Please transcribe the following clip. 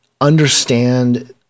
understand